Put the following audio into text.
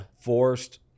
forced